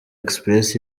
express